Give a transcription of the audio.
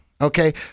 Okay